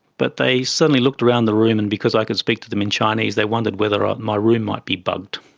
but they suddenly looked around the room, and because i could speak to them in chinese they wondered whether ah my room might be bugged.